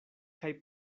kaj